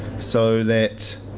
so that